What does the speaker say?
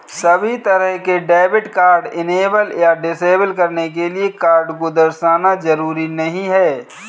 सभी तरह के डेबिट कार्ड इनेबल या डिसेबल करने के लिये कार्ड को दर्शाना जरूरी नहीं है